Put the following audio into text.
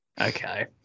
okay